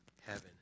heaven